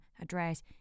address